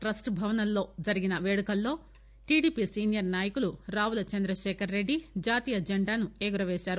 trust Bhavan లో జరిగిన పేడుకల్లో టిడిపి సీనియర్ నాయకులు రావుల చంద్రశేఖర్ రెడ్డి జాతీయ జండాను ఎగురవేశారు